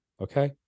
Okay